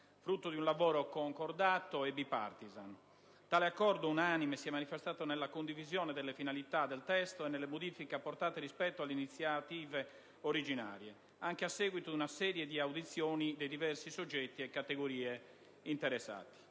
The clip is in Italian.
frutto di un lavoro concordato e *bipartisan*. Tale accordo unanime si è manifestato nella condivisione delle finalità del testo e nelle modifiche apportate rispetto alle iniziative originarie, anche a seguito di una serie di audizioni dei diversi soggetti e categorie interessati.